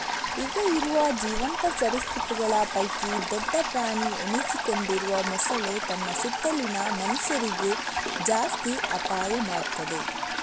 ಈಗ ಇರುವ ಜೀವಂತ ಸರೀಸೃಪಗಳ ಪೈಕಿ ದೊಡ್ಡ ಪ್ರಾಣಿ ಎನಿಸಿಕೊಂಡಿರುವ ಮೊಸಳೆ ತನ್ನ ಸುತ್ತಲಿನ ಮನುಷ್ಯರಿಗೆ ಜಾಸ್ತಿ ಅಪಾಯ ಮಾಡ್ತದೆ